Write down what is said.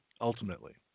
ultimately